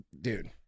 dude